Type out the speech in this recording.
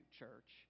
church